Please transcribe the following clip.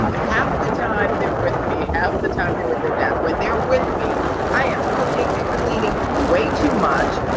half the time they're with me, half the time their with their dad. when they're with me i am cooking and cleaning way too much,